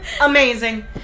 Amazing